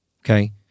okay